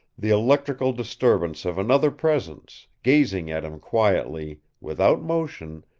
the electrical disturbance of another presence, gazing at him quietly, without motion,